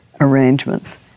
arrangements